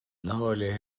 hawile